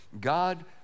God